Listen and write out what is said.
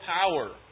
power